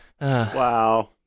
Wow